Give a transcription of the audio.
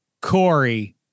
Corey